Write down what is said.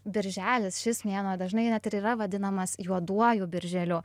birželis šis mėnuo dažnai net ir yra vadinamas juoduoju birželiu